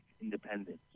independence